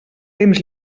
temps